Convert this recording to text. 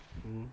mmhmm